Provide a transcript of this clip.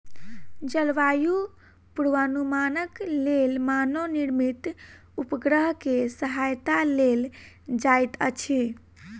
जलवायु पूर्वानुमानक लेल मानव निर्मित उपग्रह के सहायता लेल जाइत अछि